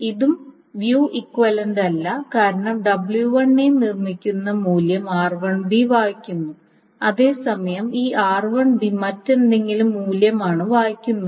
ഇതും വ്യൂ ഇക്വിവലൻറ്റല്ല കാരണം w1 നിർമ്മിക്കുന്ന മൂല്യം r1 വായിക്കുന്നു അതേസമയം ഈ r1 മറ്റെന്തെങ്കിലും മൂല്യമാണ് വായിക്കുന്നത്